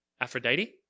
Aphrodite